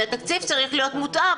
והתקציב צריך להיות מותאם,